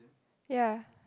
ya